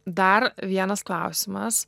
dar vienas klausimas